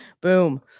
Boom